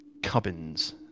cubbins